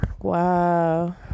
Wow